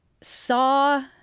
saw